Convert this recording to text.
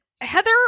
Heather